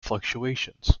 fluctuations